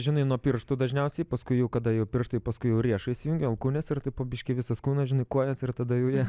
žinai pirštų dažniausiai paskui jau kada jau pirštai paskui jau riešais įsijungia alkūnės ir taip po biškį visas kūnas žinai kojos ir tada jau jie